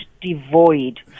devoid